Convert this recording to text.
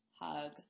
Hug